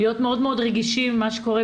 להיות מאוד רגישים עם מה שקורה,